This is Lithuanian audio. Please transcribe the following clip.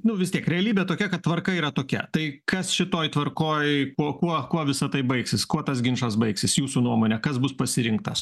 nu vis tik realybė tokia kad tvarka yra tokia tai kas šitoj tvarkoj kuo kuo kuo visa tai baigsis kuo tas ginčas baigsis jūsų nuomone kas bus pasirinktas